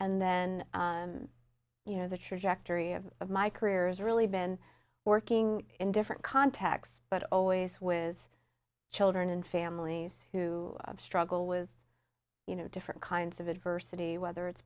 and then you know the trajectory of my career has really been working in different contexts but always with children and families who struggle with you know different kinds of adversity whether it's